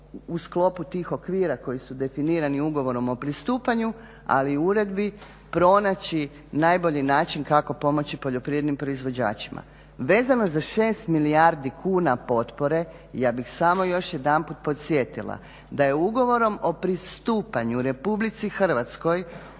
u sklopu tih okvira koji su definirani ugovorom o pristupanju, ali i uredbi, pronaći najbolji način kako pomoći poljoprivrednim proizvođačima. Vezano za 6 milijardi kuna potpore ja bih samo još jedanput podsjetila da je ugovorom o pristupanju Republici Hrvatskoj